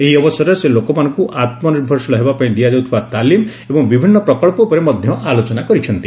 ଏହି ଅବସରରେ ସେ ଲୋକମାନଙ୍କୁ ଆତ୍ମନିର୍ଭରଶୀଳ ହେବା ପାଇଁ ଦିଆଯାଉଥିବା ତାଲିମ ଏବଂ ବିଭିନ୍ନ ପ୍ରକଳ୍ପ ଉପରେ ମଧ୍ୟ ଆଲୋଚନା କରିଛନ୍ତି